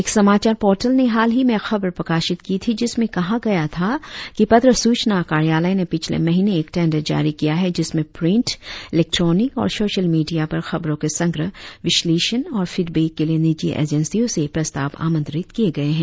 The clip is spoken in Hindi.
एक समाचार पोर्टल ने हाल ही में एक खबर प्रकाशित की थी जिसमें कहा गया था कि पत्र सूचना कार्यालय ने पिछले महीने एक टेंडर जारी किया है जिसमें प्रिंट इलेक्ट्रॉनिक और सोशल मीडिया पर खबरों के संग्रह विश्लेषण और फीडबैक के लिए निजी एजेंसियों से प्रस्ताव आमंत्रित किए हैं